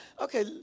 Okay